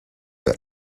the